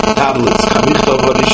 tablets